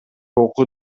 окуу